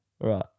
Right